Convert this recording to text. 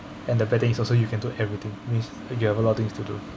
and the bad thing is also you can do everything means you have a lot of things to do